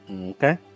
Okay